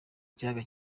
kiyaga